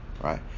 right